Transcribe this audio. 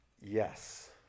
Yes